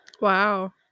Wow